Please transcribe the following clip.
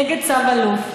נגד צו אלוף,